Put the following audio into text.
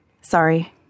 Sorry